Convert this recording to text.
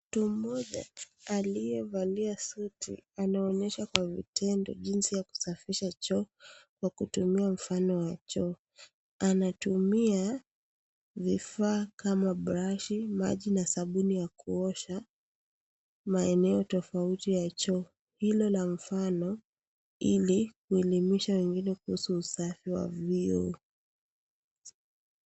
Mtu mmoja aliyevalia suti anaonyesha kwa vitendo jinsi ya kusafisha choo kwa kutumia mfano wa choo. Anatumia vifaa kama brashi, maji na sabuni ya kuosha maeneo tofauti ya choo. Hilo la mfano Ili kuelimisha wengine kuhusu usafi wa vyoo.